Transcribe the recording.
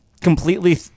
completely